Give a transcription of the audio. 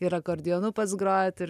ir akordeonu pats grojat ir